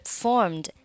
formed